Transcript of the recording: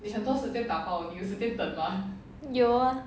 有 ah